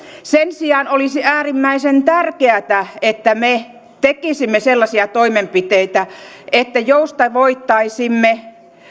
sen sijaan olisi äärimmäisen tärkeätä että me tekisimme sellaisia toimenpiteitä että joustavoittaisimme